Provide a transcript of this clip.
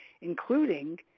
including